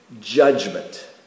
judgment